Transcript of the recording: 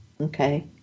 Okay